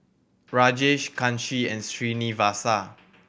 Rajesh Kanshi and Srinivasa